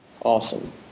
awesome